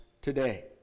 today